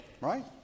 right